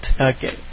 Okay